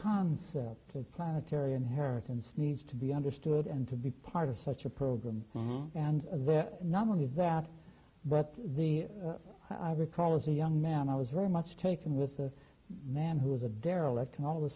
concept of planetary inheritance needs to be understood and to be part of such a program and that not only that but the i recall as a young man i was very much taken with a man who was a derelict and all of